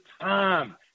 time